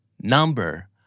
Number